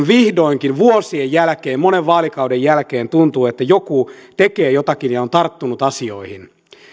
vihdoinkin vuosien jälkeen monen vaalikauden jälkeen tuntuu että joku tekee jotakin ja on tarttunut asioihin